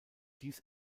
dies